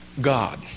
God